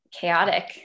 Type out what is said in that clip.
chaotic